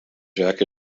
jack